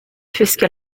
puisque